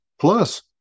Plus